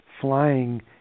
flying